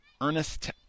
Ernest